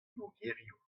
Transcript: mogerioù